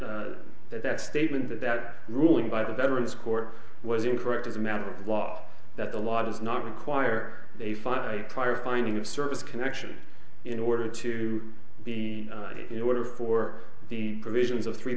that that statement that that ruling by the veterans court was incorrect as a matter of law that the law does not require a fine prior finding of service connection in order to be in order for the provisions of three